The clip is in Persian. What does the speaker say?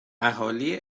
اهالی